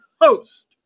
host